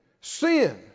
Sin